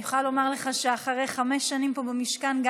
אני יכולה לומר לך שאחרי חמש שנים פה במשכן גם